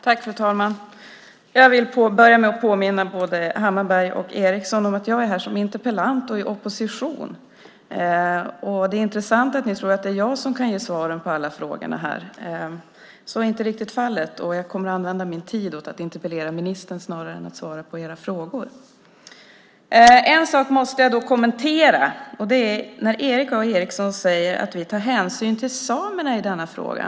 Fru talman! Jag vill börja med att påminna både Hammarbergh och Eriksson om att jag är här som interpellant och i opposition. Det är intressant att ni tror att det är jag som kan ge svaren på alla frågorna här. Så är inte riktigt fallet. Jag kommer att använda min tid åt att debattera interpellationen med ministern snarare än att svara på era frågor. En sak måste jag kommentera. Erik A Eriksson säger: Vi tar hänsyn till samerna i denna fråga.